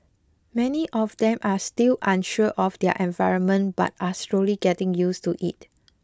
many of them are still unsure of their environment but are slowly getting used to it